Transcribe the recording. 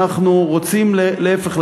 אנחנו רוצים להפך,